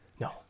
No